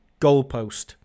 goalpost